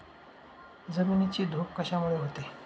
जमिनीची धूप कशामुळे होते?